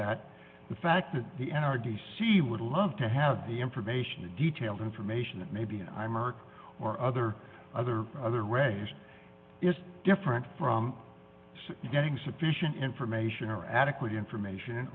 that the fact that the n r d c would love to have the information the detailed information that may be an eye mark or other other other ways is different from getting sufficient information or adequate information in